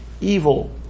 evil